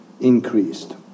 increased